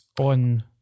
On